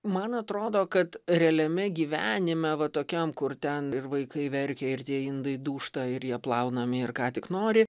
man atrodo kad realiame gyvenime va tokiam kur ten ir vaikai verkia ir tie indai dūžta ir jie plaunami ir ką tik nori